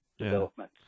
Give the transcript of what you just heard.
development